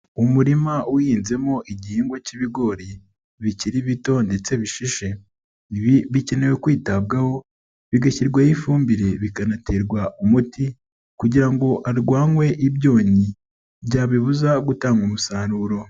Umurima uhinzemo igihingwa cy'ibigori bikiri bito ndetse bishishe, ibi bikenewe kwitabwaho bigashyirwaho ifumbire bikanaterwa umuti kugira ngo harwanwe ibyonyi byabibuza gutanga umusaruro.